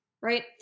right